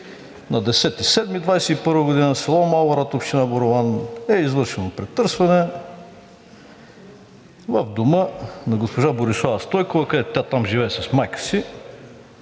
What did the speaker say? на 10 юли 2021 г. в село Малорад, община Борован, е извършено претърсване в дома на госпожа Борислава Стойкова, тя там живее с майка си.